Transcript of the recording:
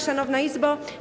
Szanowna Izbo!